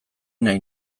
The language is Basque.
nahi